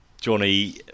Johnny